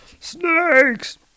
snakes